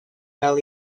gael